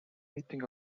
meeting